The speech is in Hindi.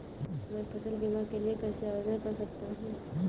मैं फसल बीमा के लिए कैसे आवेदन कर सकता हूँ?